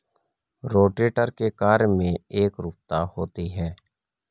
rotator के कार्य में एकरूपता होती है